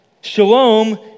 shalom